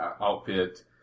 outfit